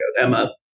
Emma